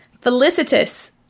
felicitous